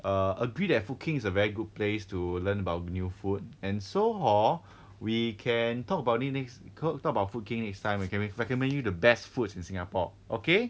err agree that food king is a very good place to learn about new food and so hor we can talk about it next talk about food king next time when can we can recommend you the best foods in singapore okay